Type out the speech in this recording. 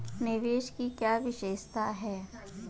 निवेश की क्या विशेषता है?